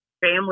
family